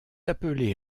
appelée